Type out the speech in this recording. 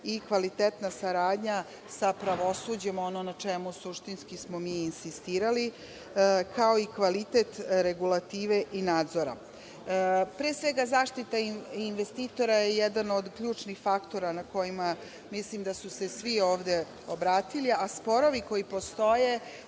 i kvalitetna saradnja sa pravosuđem, ono na čemu suštinski smo mi insistirali, kao i kvalitet regulative i nadzora. Pre svega zaštita investitora je jedan od ključnih faktora na kojima mislim da su se svi ovde obratili, a sporovi koji postoje